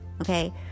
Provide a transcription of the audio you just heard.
okay